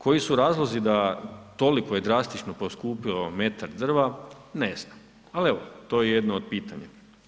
Koji su razlozi da toliko i drastično je poskupilo metar drva, ne znam ali evo, to je jedno od pitanja.